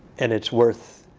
and it's worth